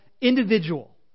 individual